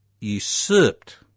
usurped